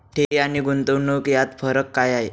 ठेवी आणि गुंतवणूक यात फरक काय आहे?